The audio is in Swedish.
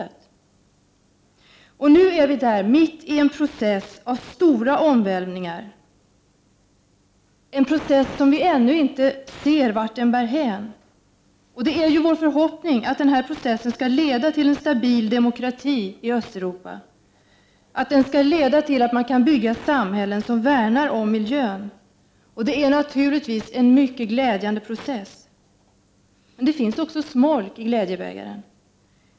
Vi befinner oss nu mitt inne i en process av stora omvälvningar, en process som vi ännu inte ser vart den bär hän. Det är vår förhoppning att denna pro cess skall leda till en stabil demokrati i Östeuropa, att den skall leda till att — Prot. 1989/90:45 man där kan bygga samhällen som värnar om miljön. Och det är naturligtvis 13 december 1989 en mycket glädjande process. ET RAA IS Men det finns också smolk i glädjebägaren.